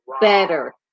better